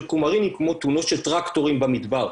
קומריני כמו תאונות של טרקטורים במדבר,